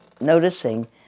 noticing